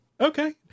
Okay